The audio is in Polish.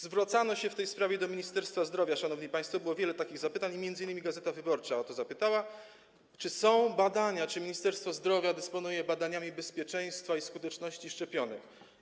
Zwracano się w tej sprawie do Ministerstwa Zdrowia, szanowni państwo, było wiele takich zapytań, m.in. „Gazeta Wyborcza” o to zapytała, czy są badania, czy Ministerstwo Zdrowia dysponuje badaniami nad bezpieczeństwem i skutecznością szczepionek.